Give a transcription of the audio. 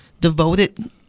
devoted